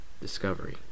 Discovery